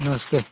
नमस्ते